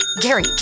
Gary